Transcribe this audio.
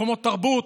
מקומות תרבות,